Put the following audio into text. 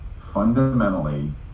fundamentally